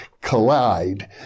collide